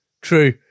true